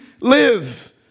live